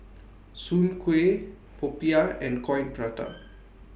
Soon Kuih Popiah and Coin Prata